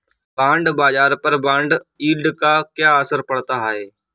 Bond बाजार पर bond yield का क्या असर पड़ता है?